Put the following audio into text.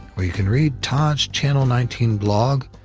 where you can read todd's channel nineteen blog,